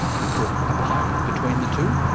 we put a pipe between the two,